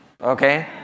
Okay